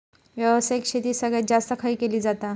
व्यावसायिक शेती सगळ्यात जास्त खय केली जाता?